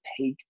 take